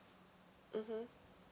mmhmm